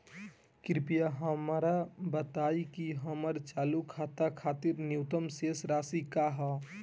कृपया हमरा बताइं कि हमर चालू खाता खातिर न्यूनतम शेष राशि का ह